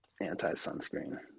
anti-sunscreen